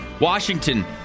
Washington